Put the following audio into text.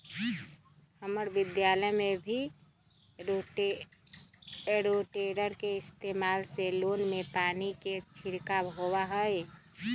हम्मर विद्यालय में भी रोटेटर के इस्तेमाल से लोन में पानी के छिड़काव होबा हई